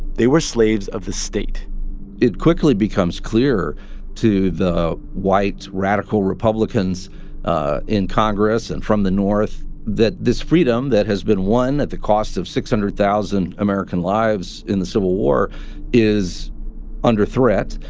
they were slaves of the state it quickly becomes clear to the white radical republicans in congress and from the north that this freedom that has been won at the cost of six hundred thousand american lives in the civil war is under threat,